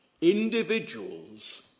individuals